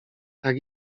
tak